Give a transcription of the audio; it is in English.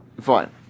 fine